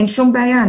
אין שום בעיה,